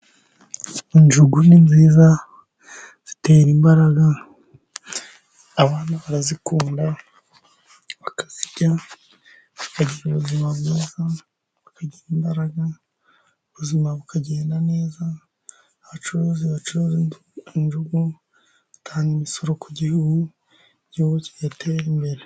Injugu ni nziza, zitera imbaraga, abantu barazikunda, bakazirya, bakagira ubuzima bwiza, bakagira imbaraga, ubuzima bukagenda neza. Abacuruzi bacuruza njugu batanga imisoro ku gihugu, igihugu kigatera imbere.